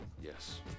Yes